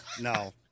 No